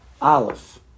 Aleph